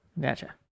Gotcha